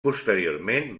posteriorment